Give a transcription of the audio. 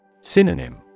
Synonym